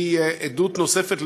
היא עדות נוספת,